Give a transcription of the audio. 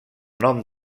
nom